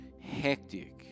hectic